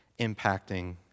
impacting